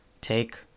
take